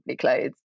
clothes